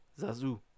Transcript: Zazu